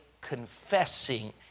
confessing